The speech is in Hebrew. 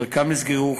חלקם נסגרו,